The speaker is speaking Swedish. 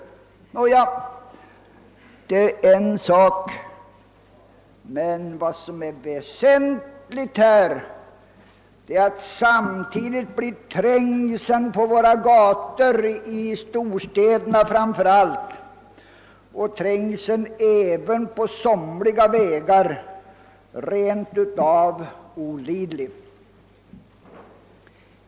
Nåja, detta är en sak, men vad som här är väsentligt är att man kan konstatera att trängseln på våra gator i storstäderna framför allt och även på somliga vägar blivit rent av olidlig.